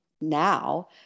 now